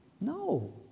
No